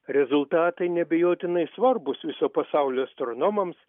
rezultatai neabejotinai svarbūs viso pasaulio astronomams